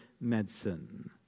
medicine